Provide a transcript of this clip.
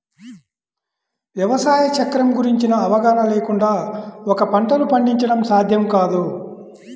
వ్యవసాయ చక్రం గురించిన అవగాహన లేకుండా ఒక పంటను పండించడం సాధ్యం కాదు